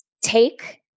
take